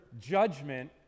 judgment